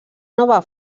nova